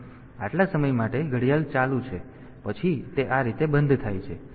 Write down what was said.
તેથી આટલા સમય માટે ઘડિયાળ ચાલુ છે પછી તે આ રીતે બંધ થાય છે